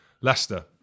Leicester